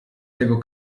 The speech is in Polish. tego